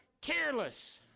careless